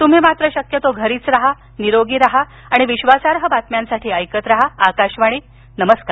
तुम्ही मात्र शक्यतो घरीच राहा निरोगी राहा आणि विश्वासार्ह बातम्यांसाठी ऐकत राहा आकाशवाणी नमस्कार